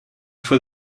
fois